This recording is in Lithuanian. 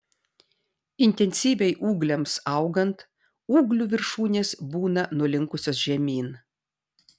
intensyviai ūgliams augant ūglių viršūnės būna nulinkusios žemyn